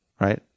right